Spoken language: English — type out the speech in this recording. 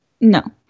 No